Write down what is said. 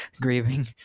grieving